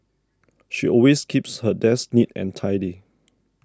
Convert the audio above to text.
she always keeps her desk neat and tidy